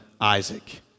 Isaac